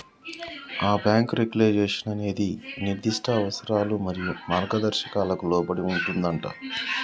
ఆ bank regulation అనేది నిర్దిష్ట అవసరాలు మరియు మార్గదర్శకాలకు లోబడి ఉంటుందంటా